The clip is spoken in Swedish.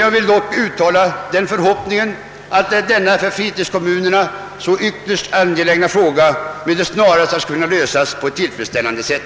Jag vill dock uttala den förhoppningen att denna för fritidskommunerna ytterst angelägna fråga med det snaraste skall kunna lösas på ett tillfredsställande sätt.